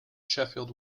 sheffield